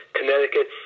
Connecticut